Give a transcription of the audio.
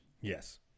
yes